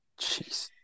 Jeez